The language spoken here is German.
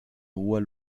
hoher